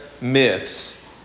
myths